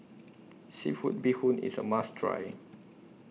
Seafood Bee Hoon IS A must Try